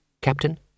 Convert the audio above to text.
Captain